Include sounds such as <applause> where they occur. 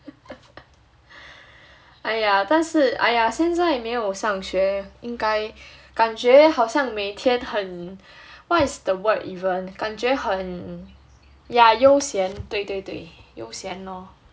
<laughs> !aiya! 但是 !aiya! 现在没有上学应该感觉好像每天很 what is the word even 感觉很 yeah 悠闲对对对悠闲 lor